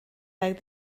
like